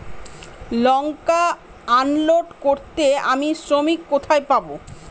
লঙ্কা unload করতে আমি শ্রমিক কোথায় পাবো?